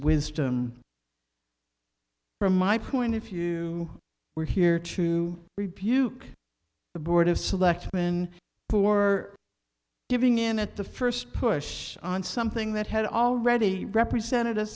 wisdom from my point if you were here to rebuke the board of selectmen for giving in at the first push on something that had already represent